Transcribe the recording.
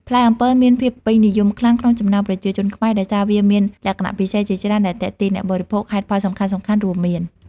ផ្លែអំពិលមានភាពពេញនិយមខ្លាំងក្នុងចំណោមប្រជាជនខ្មែរ ដោយសារតែវាមានលក្ខណៈពិសេសជាច្រើនដែលទាក់ទាញអ្នកបរិភោគ។ ហេតុផលសំខាន់ៗរួមមាន